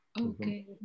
Okay